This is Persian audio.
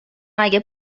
اگه